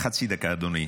חצי דקה, אדוני.